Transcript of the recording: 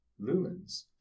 Lumens